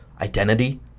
identity